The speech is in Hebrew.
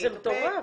זה מטורף.